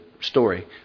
story